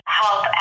help